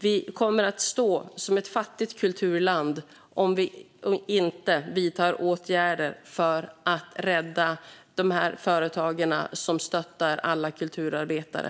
Vi kommer att stå som ett fattigt kulturland om vi inte vidtar åtgärder för att rädda dessa företag som stöttar alla kulturarbetare.